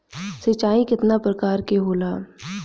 सिंचाई केतना प्रकार के होला?